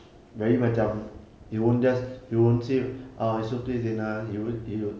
very macam he won't just he won't say oh it's okay zina he he won't